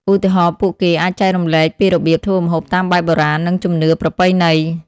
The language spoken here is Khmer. ឧទាហរណ៍ ពួកគេអាចចែករំលែកពីរបៀបធ្វើម្ហូបតាមបែបបុរាណនិងជំនឿប្រពៃណី។